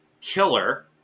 killer